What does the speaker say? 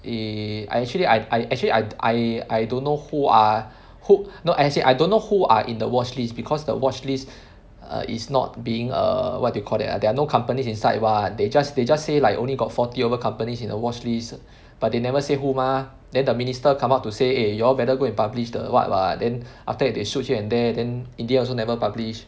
eh I actually I I actually I I I don't know who are who no as in I don't know who are in the watch list because the watch list err is not being err what do you call that ah there are no companies inside [one] they just they just say like only got forty over companies in the watch list but they never say who mah then the minister come out to say eh you all better go and publish the what [what] then after that they shoot here and there then in the end also never publish